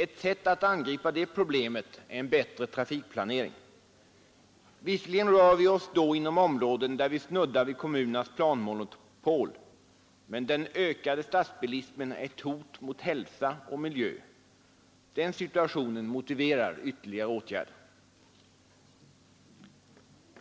Ett sätt att angripa det problemet är en bättre trafikplanering. Visserligen rör vi oss då inom områden där vi snuddar vid kommunernas planmonopol, men den ökade stadsbilismen är ett hot mot hälsa och miljö. Den situationen motiverar ytterligare åtgärder.